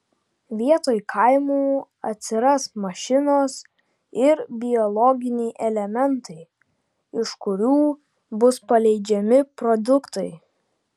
vietoj kaimų atsiras mašinos ir biologiniai elementai iš kurių bus paleidžiami produktai